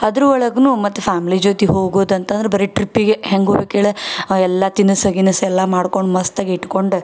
ಅದರ ಒಳಗೂ ಮತ್ತು ಫ್ಯಾಮ್ಲಿ ಜೊತೆ ಹೊಗೋದು ಅಂತಂದ್ರೆ ಬರೀ ಟ್ರಿಪ್ಪಿಗೆ ಹೇಗ್ ಹೋಗ್ಬೇಕ್ ಹೇಳು ಅವೆಲ್ಲ ತಿನಿಸು ಗಿನಸ್ ಎಲ್ಲ ಮಾಡ್ಕೊಂಡು ಮಸ್ತಾಗಿ ಇಟ್ಕೊಂಡು